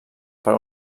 per